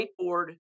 whiteboard